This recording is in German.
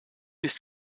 ist